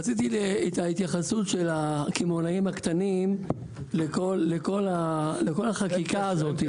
שסטוביץ: רציתי את ההתייחסות של הקמעונאים הקטנים לכל החקיקה הזאת.